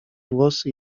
włosy